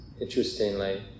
interestingly